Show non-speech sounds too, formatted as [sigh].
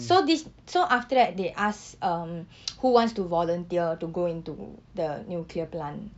so this so after that they ask um [breath] [noise] who wants to volunteer to go into the nuclear plant